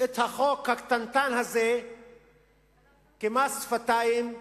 את החוק הקטנטן הזה כמס שפתיים,